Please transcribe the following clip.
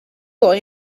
boy